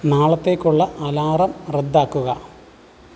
നാളത്തേക്കുള്ള alarm റദ്ദാക്കുക